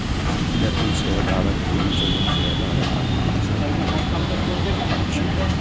equity शेयरधारक, preference शेयरधारक आ डिवेंचर होल्डर शेयरधारक के प्रकार छियै